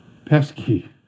pesky